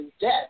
death